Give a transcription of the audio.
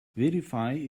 verify